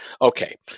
Okay